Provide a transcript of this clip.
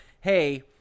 hey—